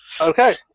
Okay